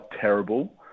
terrible